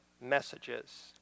messages